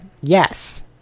Yes